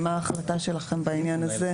מה ההחלטה שלכם בעניין הזה?